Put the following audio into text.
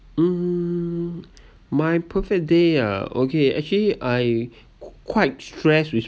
um my perfect day ah okay actually I q~ quite stressed with